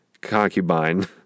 concubine